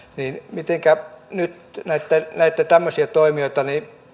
miten nyt näitä tämmöisiä toimijoita